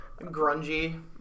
Grungy